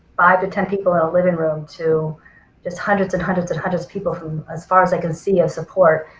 five to ten people in a living room to just hundreds and hundreds and hundreds people who as far as i can see can support.